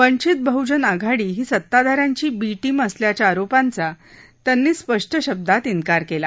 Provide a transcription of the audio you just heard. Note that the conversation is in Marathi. वंचित बहजन आघाडी ही सत्ताधाऱ्यांची बी टीम असल्याच्या आरोपांचा त्यांनी स्पष्ट शब्दात इन्कार केला